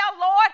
Lord